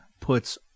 puts